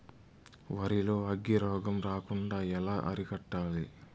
వరి లో అగ్గి రోగం రాకుండా ఎలా అరికట్టాలి?